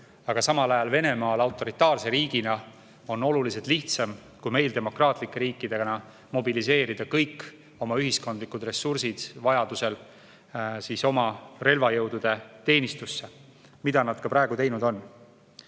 Aga samal ajal Venemaal autoritaarse riigina on oluliselt lihtsam kui meil demokraatlike riikidena mobiliseerida kõik oma ühiskondlikud ressursid vajadusel relvajõudude teenistusse, mida nad praegu ka teinud